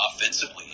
offensively